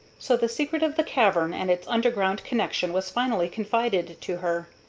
so the secret of the cavern and its underground connection was finally confided to her.